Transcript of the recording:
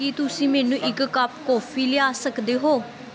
ਕੀ ਤੁਸੀਂ ਮੈਨੂੰ ਇੱਕ ਕੱਪ ਕੌਫੀ ਲਿਆ ਸਕਦੇ ਹੋ